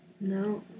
No